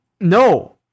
No